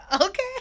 okay